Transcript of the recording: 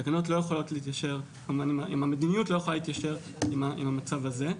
תקנות לא יכולות להתיישר עם המדיניות במצב הזה.